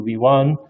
V1